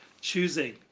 choosing